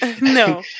No